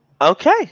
Okay